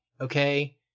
Okay